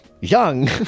young